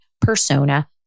persona